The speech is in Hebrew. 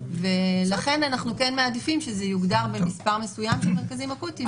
ולכן אנחנו כן מעדיפים שזה יוגדר במספר מסוים של מרכזים אקוטיים,